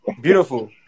beautiful